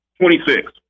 Twenty-six